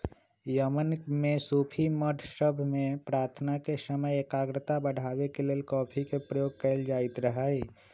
Yemen में सूफी मठ सभ में प्रार्थना के समय एकाग्रता बढ़ाबे के लेल कॉफी के प्रयोग कएल जाइत रहै